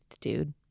dude